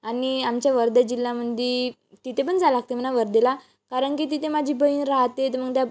आणि आमच्या वर्धा जिल्ह्यामध्ये तिथे पण जाय लागते मना वर्धाला कारणकी तिथे माझी बहीण राहते तर मग त्या